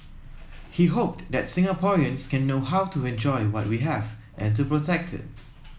he hoped that Singaporeans can know how to enjoy what we have and to protect it